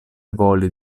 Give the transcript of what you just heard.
voli